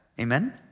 amen